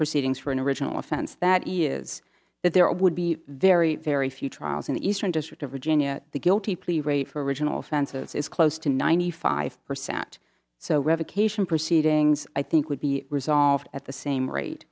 proceedings for an original offense that is that there would be very very few trials in the eastern district of virginia the guilty plea rate for original offenses is close to ninety five percent so revocation proceedings i think would be resolved at the same rate